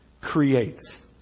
creates